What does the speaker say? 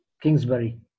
Kingsbury